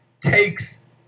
takes